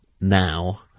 now